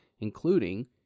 including